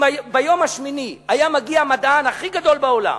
אם ביום השמיני היה מגיע המדען הכי גדול בעולם